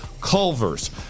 Culver's